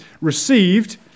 received